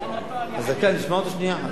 אז חכה, נשמע אותו שנייה.